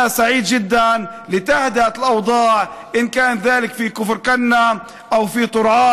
אני שמח מאוד על שהמצב נרגע בכפר כנא ובטורעאן.